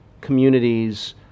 communities